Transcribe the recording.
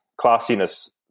classiness